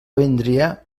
vindria